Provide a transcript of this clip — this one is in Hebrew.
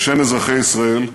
בשם אזרחי ישראל,